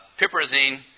Piperazine